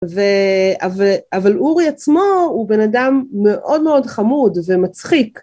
אבל אורי עצמו הוא בן אדם מאוד מאוד חמוד ומצחיק